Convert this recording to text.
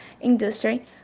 Industry